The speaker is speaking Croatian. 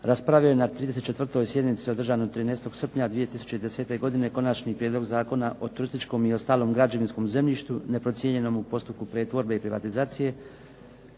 raspravio je na 34. sjednici održanoj 13. srpnja 2010. godine Konačni prijedlog Zakona o turističkom i ostalom građevinskom zemljištu neprocijenjenom u postupku pretvorbe i privatizacije